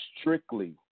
strictly